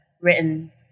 written